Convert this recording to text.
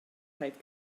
rhaid